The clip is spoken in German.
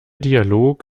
dialog